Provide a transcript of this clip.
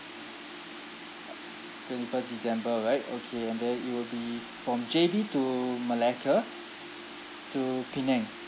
twenty first december right okay and then it will be from J_B to malacca to penang